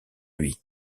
lui